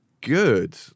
good